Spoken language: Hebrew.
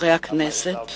חברי הכנסת